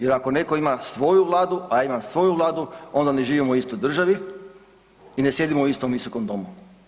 Jer ako netko ima svoju vladu, a j a imam svoju vladu onda ne živimo u istoj državi i ne sjedimo u istom visokom domu.